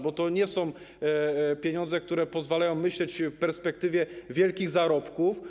Bo to nie są pieniądze, które pozwalają myśleć w perspektywie wielkich zarobków.